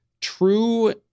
true